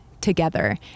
together